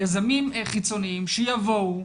ליזמים חיצוניים שיבואו,